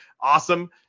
awesome